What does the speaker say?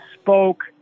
spoke